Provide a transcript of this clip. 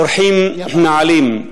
אורחים נעלים,